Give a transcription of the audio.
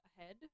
ahead